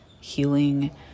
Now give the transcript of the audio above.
healing